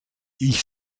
ich